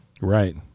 Right